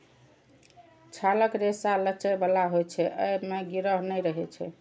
छालक रेशा लचै बला होइ छै, अय मे गिरह नै रहै छै